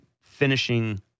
finishing